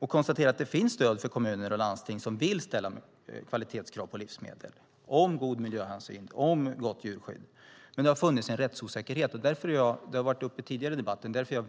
att konstatera att det finns stöd för kommuner och landsting som vill ställa kvalitetskrav på livsmedel när det gäller god miljöhänsyn och gott djurskydd. Men det har funnits en rättsosäkerhet, vilket har varit uppe tidigare i debatten.